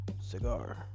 cigar